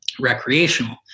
recreational